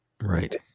right